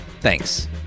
Thanks